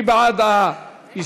מי בעד ההסתייגות?